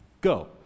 go